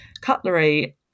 cutlery